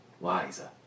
wiser